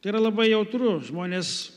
tai yra labai jautru žmonės